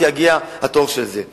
כשיגיע התור של זה.